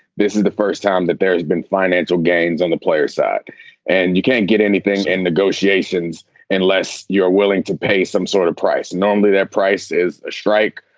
this is the first time that there has been financial gains on the players side and you can't get anything in negotiations unless you're willing to pay some sort of price. normally that price is a strike,